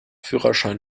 führerschein